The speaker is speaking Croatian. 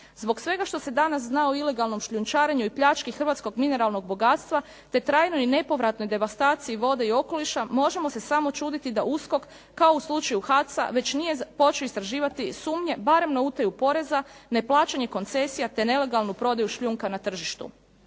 Zbog svega što se danas zna o ilegalnom šljunčarenju i pljački hrvatskog mineralnog bogatstva, te trajnoj i nepovratnoj devastaciji vode i okoliša možemo se samo čuditi da USKOK kao u slučaju HAC-a već nije počeo istraživati sumnje barem na utaju poreza, neplaćanje koncesija, te nelegalnu prodaju šljunka na tržištu.